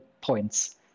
points